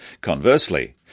Conversely